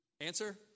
Answer